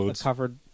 covered